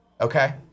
okay